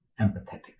empathetic